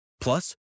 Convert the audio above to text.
Plus